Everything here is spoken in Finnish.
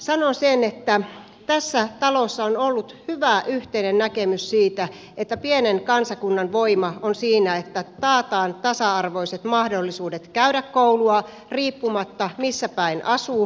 sanon sen että tässä talossa on ollut hyvä yhteinen näkemys siitä että pienen kansakunnan voima on siinä että taataan tasa arvoiset mahdollisuudet käydä koulua riippumatta siitä missä päin asuu